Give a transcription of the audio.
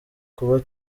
kuba